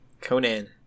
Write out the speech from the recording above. Conan